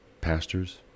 pastors